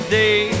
day